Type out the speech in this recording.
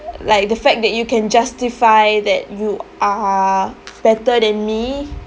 like the fact that you can justify that you are better than me